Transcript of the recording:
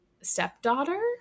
stepdaughter